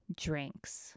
drinks